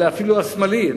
אלא אפילו השמאלי,